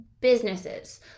businesses